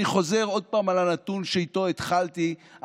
אני חוזר עוד פעם על הנתון שאיתו התחלתי: